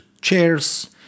chairs